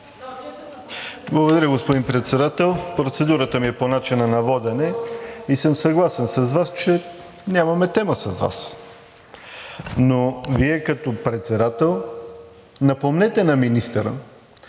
Благодаря, господин Председател. Процедурата ми е по начина на водене и съм съгласен с Вас, че нямаме тема с Вас. Но Вие като председател напомнете на министъра,